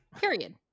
period